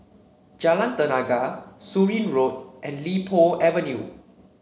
Jalan Tenaga Surin Road and Li Po Avenue